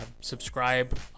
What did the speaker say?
Subscribe